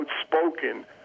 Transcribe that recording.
outspoken